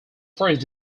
first